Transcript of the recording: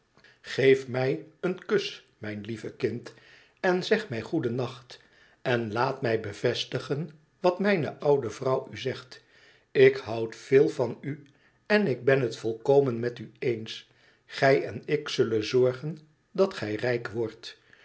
geef mij een kus mijn lieve kind en zeg mij goedennacht en laat mij bevestigen wat mijne oude vrouw u zegt ik houd veel van u en ik ben het volkomen met u eens gij en ik zullen zorgen dat gij rijk wordt